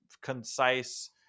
concise